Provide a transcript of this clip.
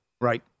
Right